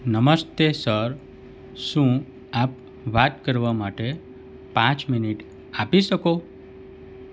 નમસ્તે સર શું આપ વાત કરવા માટે પાંચ મિનિટ આપી શકો